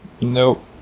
Nope